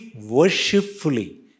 worshipfully